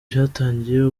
byatangiye